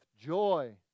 joy